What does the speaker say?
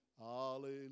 Hallelujah